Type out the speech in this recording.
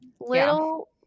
Little